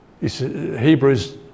Hebrews